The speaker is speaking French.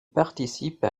participe